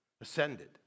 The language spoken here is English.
ascended